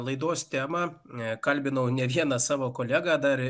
laidos temą ne kalbinau ne vieną savo kolegą dar